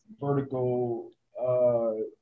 vertical